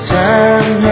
time